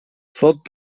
сот